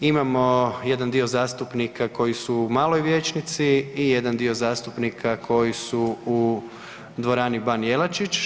Imamo jedan dio zastupnika koji su u maloj vijećnici i jedan dio zastupnika koji su u dvorani ban Jelačić.